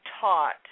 taught